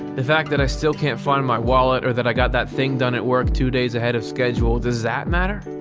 the fact that i still can't find my wallet or that i got that thing done at work two days ahead of schedule, does that matter?